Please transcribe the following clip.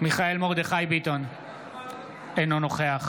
מיכאל מרדכי ביטון, אינו נוכח